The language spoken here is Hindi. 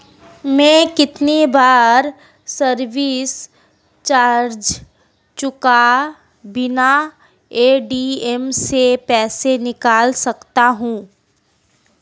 मैं कितनी बार सर्विस चार्ज चुकाए बिना ए.टी.एम से पैसे निकाल सकता हूं?